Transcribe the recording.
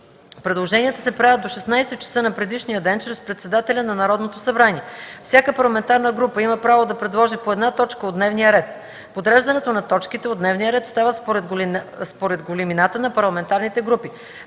Предложенията се правят до 16,00 ч. на предишния ден чрез председателя на Народното събрание. Всяка парламентарна група има право да предложи по една точка от дневния ред. Подреждането на точките от дневния ред става според големината на парламентарните групи.